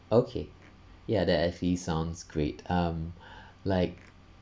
okay ya that actually sounds great um like